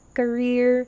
career